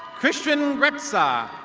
christian retza.